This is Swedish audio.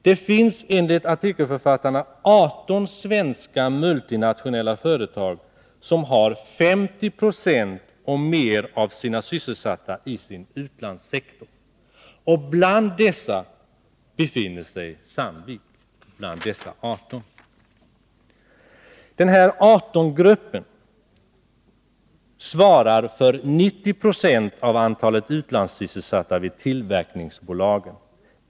Det finns enligt artikelförfattarna 18 svenska multinationella företag som har 50 90 eller mer av sina sysselsatta i utlandssektorn. Bland dessa 18 befinner sig Sandvik. Denna 18-grupp svarar för 90960 av antalet utlandssysselsatta vid tillverkningsbolagen.